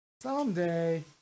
Someday